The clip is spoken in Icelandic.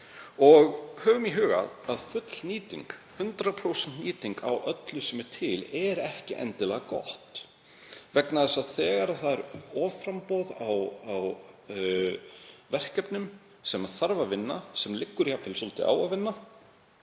Höfum í huga að full nýting, 100% nýting á öllu sem til, er ekki endilega góð vegna þess að þegar offramboð er á verkefnum sem þarf að vinna, sem liggur jafnvel svolítið á að vinna,